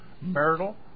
marital